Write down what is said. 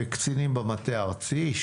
קצינים במטה הארצי,